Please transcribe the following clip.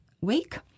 week